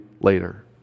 later